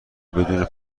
بدون